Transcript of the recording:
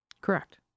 Correct